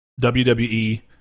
WWE